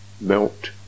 melt